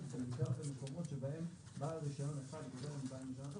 פרשנויות במקומות שבהם בעל רישיון אחד --- על בעל רישיון אחר,